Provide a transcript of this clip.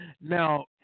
Now